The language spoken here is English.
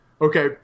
Okay